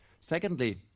Secondly